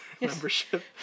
membership